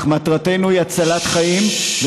אך מטרתנו היא הצלת חיים,